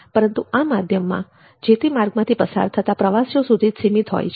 પરંતુ આ માધ્યમ જે તે માર્ગમાંથી પસાર થતાં પ્રવાસીઓ સુધી સીમિત હોય છે